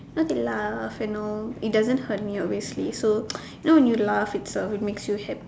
you know they laugh and all it doesn't hurt me obviously so you know when you laugh it's uh it makes you hap~